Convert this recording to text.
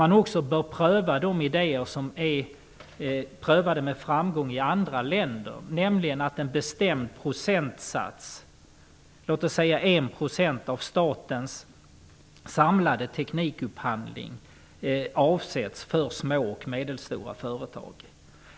Man bör också pröva de idéer som med framgång är prövade i andra länder, dvs. att en bestämd procentsats -- låt oss säga 1 % av statens samlade teknikupphandling -- avsätts för små och medelstora företag.